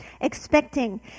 Expecting